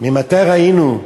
מתי ראינו?